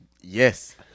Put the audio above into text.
Yes